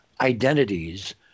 identities